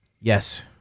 Yes